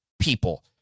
people